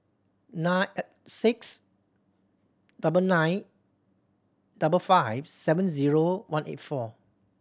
nine six double nine double five seven zero one eight four